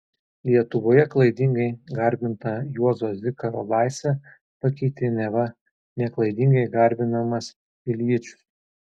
lietuvoje klaidingai garbintą juozo zikaro laisvę pakeitė neva neklaidingai garbinamas iljičius